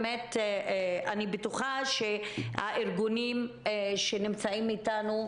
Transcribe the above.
אני בטוחה שהארגונים שנמצאים איתנו,